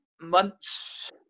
months